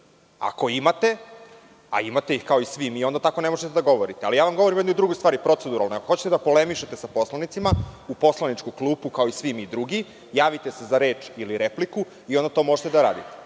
Ako imate, a imate ih, kao i svi mi, onda ne možete da govorite. Ali, ja vam govorim o jednoj drugoj stvari, proceduralnoj. Ako hoćete da polemišete sa poslanicima, u poslaničku klupu, kao i svi mi drugi, javite se za reč ili repliku i onda to možete da radite.